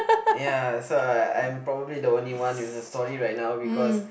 ya so I I'm probably the only one with a story right now because